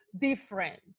different